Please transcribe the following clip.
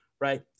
right